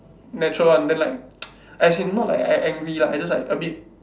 natural one then like as in not like I I angry lah I just like a bit